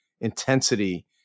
intensity